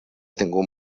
tingut